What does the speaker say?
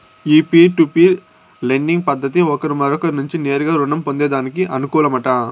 ఈ peer to peer lending పద్దతి ఒకరు మరొకరి నుంచి నేరుగా రుణం పొందేదానికి అనుకూలమట